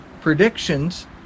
predictions